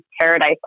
paradise